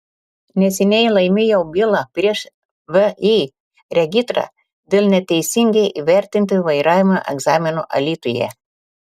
neseniai laimėjau bylą prieš vį regitra dėl neteisingai įvertinto vairavimo egzamino alytuje